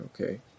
okay